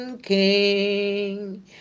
King